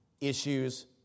issues